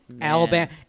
Alabama